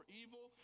evil